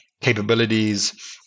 capabilities